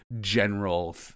general